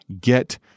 get